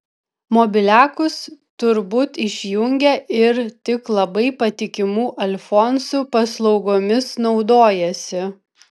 mobiliakus tur būt išjungia ir tik labai patikimų alfonsų paslaugomis naudojasi